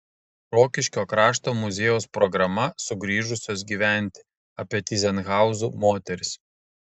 rokiškio krašto muziejaus programa sugrįžusios gyventi apie tyzenhauzų moteris